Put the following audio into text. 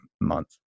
month